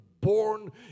born